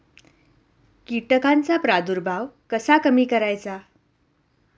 कीटकांचा प्रादुर्भाव कसा कमी करायचा?